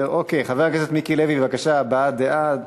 חבר הכנסת מיקי לוי, בבקשה, הבעת דעה מהמקום.